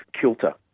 kilter